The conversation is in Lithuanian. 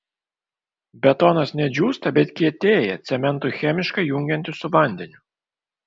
betonas ne džiūsta bet kietėja cementui chemiškai jungiantis su vandeniu